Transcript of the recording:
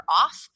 off